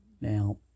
Now